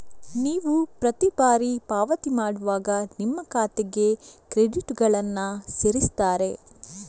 ನೀವು ಪ್ರತಿ ಬಾರಿ ಪಾವತಿ ಮಾಡುವಾಗ ನಿಮ್ಮ ಖಾತೆಗೆ ಕ್ರೆಡಿಟುಗಳನ್ನ ಸೇರಿಸ್ತಾರೆ